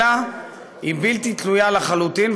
אלא היא בלתי תלויה לחלוטין,